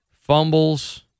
Fumbles